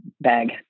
bag